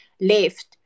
left